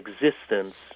existence